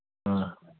ꯑꯥ